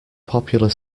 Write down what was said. popular